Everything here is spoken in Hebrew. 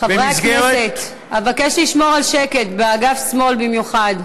חברי הכנסת, אבקש לשמור על שקט, באגף שמאל במיוחד.